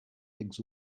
eggs